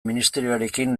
ministerioarekin